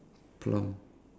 plum